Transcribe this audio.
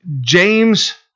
James